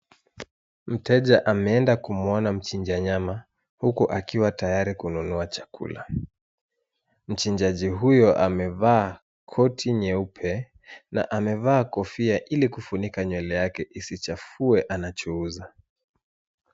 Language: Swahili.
Mteja ameenda kumuona mchinja nyama huku akiwa tayari kununua chakula. Mchinjaji huyo amevaa koti nyeupe na amevaa kofia ili kufunika nywele yake isichafue anachouza.